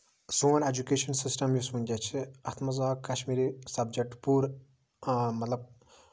سون education system یُس ؤنکٮ۪س چھُ اَتھ منٛز آو کَشمیٖری سَبجیکٹ پوٗرٕ مطلب